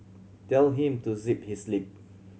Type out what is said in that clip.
tell him to zip his lip